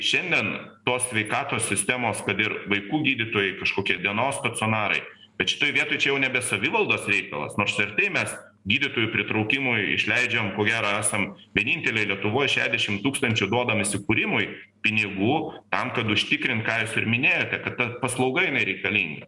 šiandien tos sveikatos sistemos kad ir vaikų gydytojai kažkokie dienos stacionarai bet šitoj vietoj čia jau nebe savivaldos reikalas nors ir tai mes gydytojų pritraukimui išleidžiam ko gero esam vieninteliai lietuvoj šiadešim tūkstančių duodam įsikūrimui pinigų tam kad užtikrint ką jūs ir minėjote kad ta paslauga jinai reikalinga